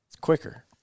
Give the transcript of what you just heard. quicker